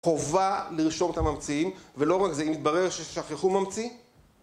חובה לרשום את הממציאים, ולא רק זה, אם מתברר ששכחו ממציא